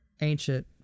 ancient